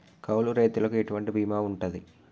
కౌలు రైతులకు ఎటువంటి బీమా ఉంటది?